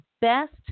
best